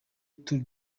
tour